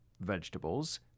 vegetables